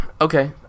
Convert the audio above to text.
Okay